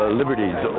liberties